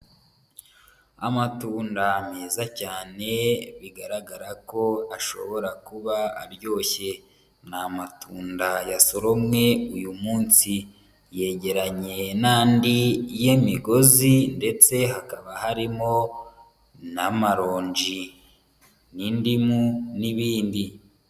Amatunda meza cyane bigaragara ko ashobora kuba aryoshye, ni amatunda yasoromwe uyu munsi, yegeranye n'andi y'imigozi ndetse hakaba harimo n'amarongi n'indimu n'ibindi.